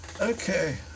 okay